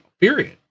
period